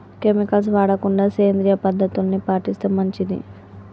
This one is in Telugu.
కెమికల్స్ వాడకుండా సేంద్రియ పద్ధతుల్ని పాటిస్తే మంచిది